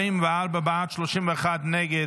44 בעד, 31 נגד.